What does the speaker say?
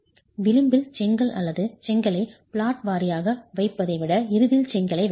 விளிம்பில் செங்கல் அல்லது செங்கலை பிளாட் வாரியாக வைப்பதை விட இறுதியில் செங்கலை வைக்கலாம்